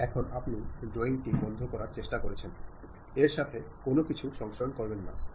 এখন আপনি ড্রয়িংটি বন্ধ করার চেষ্টা করছেন এর অর্থ কোনও কিছু সংরক্ষণ করবেন না